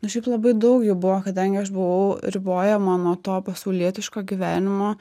nu šiaip labai daug jų buvo kadangi aš buvau ribojama nuo to pasaulietiško gyvenimo